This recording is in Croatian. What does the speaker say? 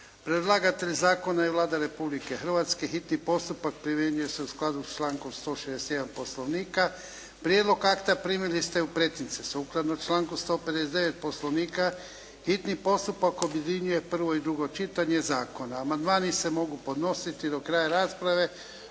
Predlagatelj zakona je Vlada Republike Hrvatske. Hitni postupak primjenjuje se u skladu s člankom 161. Poslovnika. Prijedlog akta primili ste u pretince. Sukladno članku 159. Poslovnika hitni postupak objedinjuje prvo i drugo čitanje zakona. Amandmani se mogu podnositi do kraja rasprave,